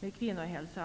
för kvinnohälsan.